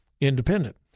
independent